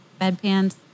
Bedpans